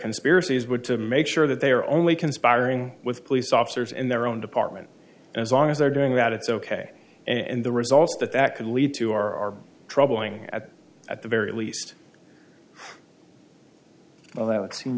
conspiracies would to make sure that they are only conspiring with police officers in their own department as long as they're doing that it's ok and the results that that could lead to are troubling at at the very least well that would seem